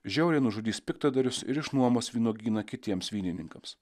žiauriai nužudys piktadarius ir išnuomos vynuogyną kitiems vynininkams